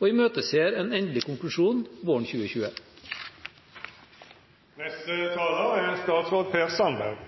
og imøteser en endelig konklusjon våren 2020. Dagens debatt er